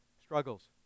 struggles